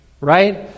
right